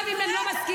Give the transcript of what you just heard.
גם אם הם לא מסכימים,